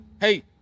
Hey